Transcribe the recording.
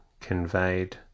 conveyed